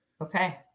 Okay